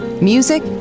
Music